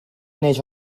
neix